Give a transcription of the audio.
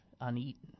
uneaten